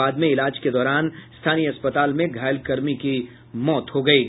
बाद में इलाज के दौरान स्थानीय अस्पताल में घायल कर्मी की मौत हो गयी